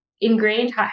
ingrained